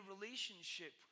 relationship